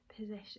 position